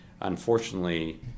unfortunately